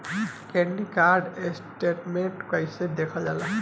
Credit card statement कइसे देखल जाला?